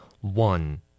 One